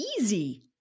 easy